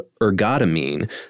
ergotamine